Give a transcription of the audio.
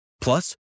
Plus